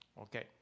Okay